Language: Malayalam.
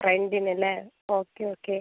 റെൻറിനല്ലേ ഓക്കെ ഓക്കെ